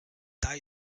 dai